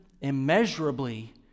immeasurably